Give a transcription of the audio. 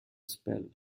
spell